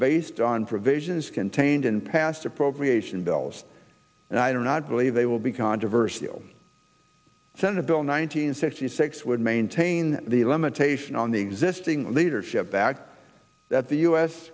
based on provisions contained in past appropriation bills and i don't not believe they will be controversial senate bill nine hundred sixty six would maintain the limitation on the existing leadership back that the u